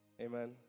Amen